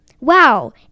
Wow